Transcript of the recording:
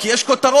כי יש כותרות,